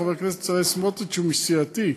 חבר הכנסת בצלאל סמוטריץ הוא מסיעתי.